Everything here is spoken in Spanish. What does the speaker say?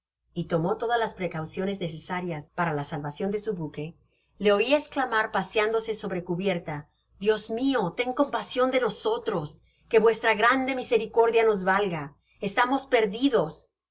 y tomó todas las precauciones necesarias para la salvacion de su buque le oi esclamar paseándose sobre cubierta dios mio tened compasion de nosotros que vuestra graade misericordia nos valga estamos perdidos